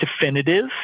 definitive